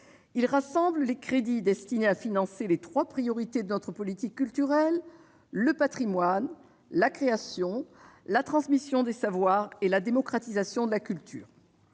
rassemble les crédits destinés à financer les trois priorités de notre politique culturelle : le patrimoine ; la création ; la transmission des savoirs et la démocratisation de la culture.